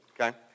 okay